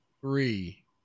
three